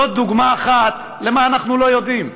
זאת דוגמה אחת למה שאנחנו לא יודעים,